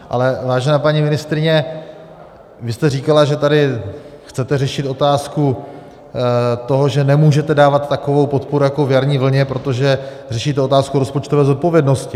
Ale vážená paní ministryně, vy jste říkala, že tady chcete řešit otázku toho, že nemůžete dávat takovou podporu jako v jarní vlně, protože řešíte otázku rozpočtové zodpovědnosti.